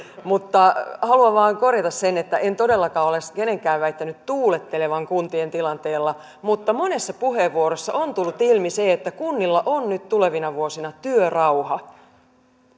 mutta haluan vain korjata sen että en todellakaan ole kenenkään väittänyt tuulettelevan kuntien tilanteella mutta monessa puheenvuorossa on tullut ilmi se että kunnilla on nyt tulevina vuosina työrauha